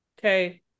okay